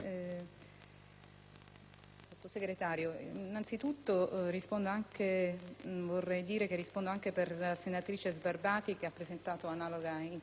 Signora Presidente, rispondo anche per la senatrice Sbarbati che ha presentato analoga interrogazione.